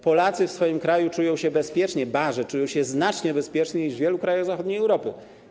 Polacy w swoim kraju czują się bezpiecznie, ba, czują się znacznie bezpieczniej niż w wielu krajach zachodniej Europy.